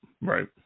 Right